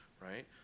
right